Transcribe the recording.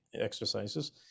exercises